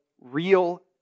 real